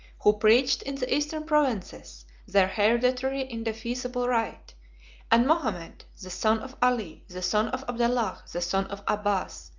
who preached in the eastern provinces their hereditary indefeasible right and mohammed, the son of ali, the son of abdallah, the son of abbas,